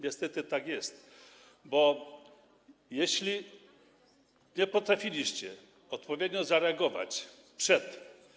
Niestety tak jest, bo jeśli nie potrafiliście odpowiednio zareagować przed.